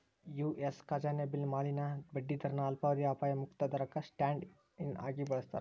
US ಖಜಾನೆ bill ಮ್ಯಾಲಿನ ಬಡ್ಡಿ ದರನ ಅಲ್ಪಾವಧಿಯ ಅಪಾಯ ಮುಕ್ತ ದರಕ್ಕ ಸ್ಟ್ಯಾಂಡ್ ಇನ್ ಆಗಿ ಬಳಸ್ತಾರ